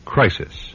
Crisis